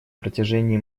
протяжении